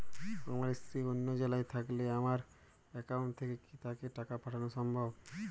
আমার স্ত্রী অন্য জেলায় থাকলে আমার অ্যাকাউন্ট থেকে কি তাকে টাকা পাঠানো সম্ভব?